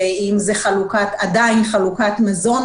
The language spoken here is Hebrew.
אם זה עדיין חלוקת מזון,